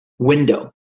window